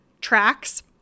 tracks